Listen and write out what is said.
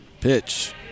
Pitch